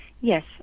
Yes